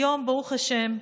היום, ברוך השם,